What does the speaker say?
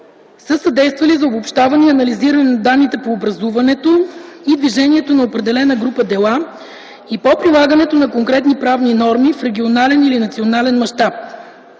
са съдействали за обобщаване и анализиране на данните по образуването и движението на определена група дела и по прилагането на конкретни правни норми в регионален или национален мащаб.